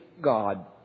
God